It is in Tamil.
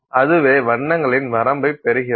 அதுவே வண்ணங்களின் வரம்பைப் பெறுகிறது